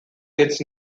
its